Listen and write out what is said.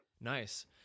Nice